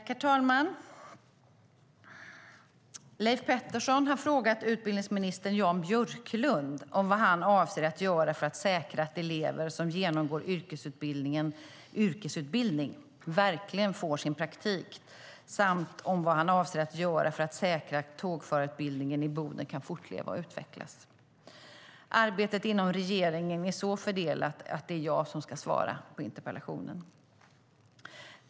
Herr talman! Leif Pettersson har frågat utbildningsminister Jan Björklund om vad han avser att göra för att säkra att elever som genomgår yrkesutbildning verkligen får sin praktik samt om vad han avser att göra för att säkra att tågförarutbildningen i Boden kan fortleva och utvecklas. Arbetet inom regeringen är så fördelat att det är jag som ska svara på interpellationen.